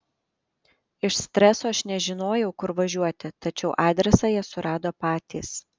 iš streso aš nežinojau kur važiuoti tačiau adresą jie surado patys